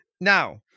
now